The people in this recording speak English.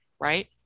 right